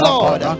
Lord